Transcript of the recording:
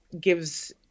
gives